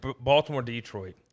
Baltimore-Detroit